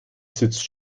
sitzt